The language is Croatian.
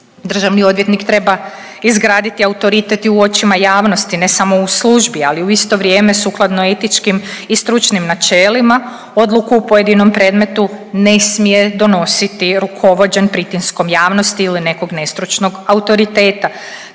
Državni odvjetnik treba izgraditi autoritet i u očima javnosti, ne samo u službi, ali u isto vrijeme sukladno etičkim i stručnim načelima odluku u pojedinom predmetu ne smije donositi rukovođen pritiskom javnosti ili nekog nestručnog autoriteta.